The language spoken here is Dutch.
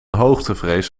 hoogtevrees